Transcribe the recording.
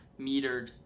metered